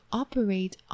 operate